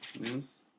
news